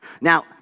Now